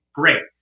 great